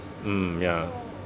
mm ya